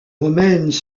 romaines